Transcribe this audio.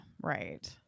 right